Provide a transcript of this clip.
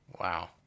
Wow